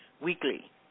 weekly